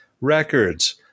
records